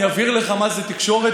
אני אבהיר לך מה זה תקשורת,